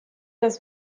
das